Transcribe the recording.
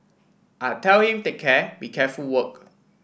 I tell him take care be careful work